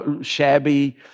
shabby